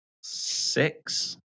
Six